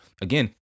again